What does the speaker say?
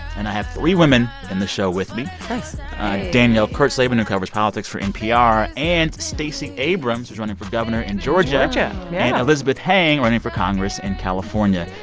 and i have three women in the show with me nice danielle kurtzleben who covers politics for npr and stacey abrams, who's running for governor in georgia georgia, yeah and elizabeth heng running for congress in california.